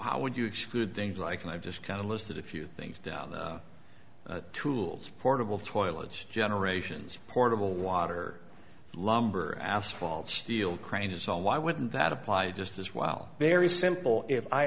how would you exclude things like that i've just kind of listed a few things down the tools portable toilets generations portable water lumber asphalt steel crane is on why wouldn't that apply just as well very simple if i